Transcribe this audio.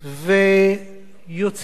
ויוצאים